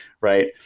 right